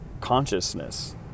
consciousness